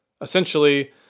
Essentially